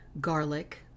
Garlic